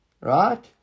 Right